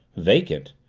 vacant?